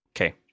Okay